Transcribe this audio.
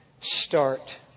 start